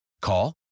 Call